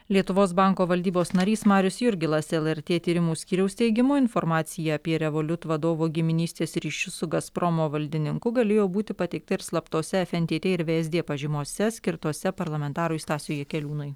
lietuvos banko valdybos narys marius jurgilas lrt tyrimų skyriaus teigimu informacija apie revoliut vadovo giminystės ryšius su gazpromo valdininku galėjo būti pateikta ir slaptose fntt ir vsd pažymose skirtose parlamentarui stasiui jakeliūnui